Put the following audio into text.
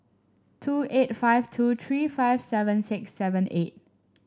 two eight five two three five seven six seven eight